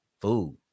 Food